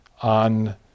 on